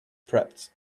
prepped